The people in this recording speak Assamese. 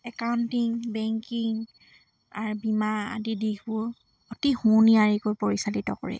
একাউণ্টিং বেংকিং আৰু বীমা আদি দিশবোৰ অতি সুনিয়াৰিকৈ পৰিচালিত কৰে